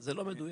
זה לא מדויק.